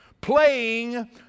playing